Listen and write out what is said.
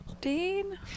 Dean